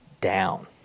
down